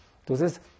Entonces